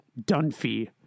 Dunphy